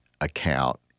account